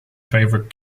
favorite